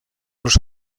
los